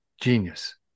genius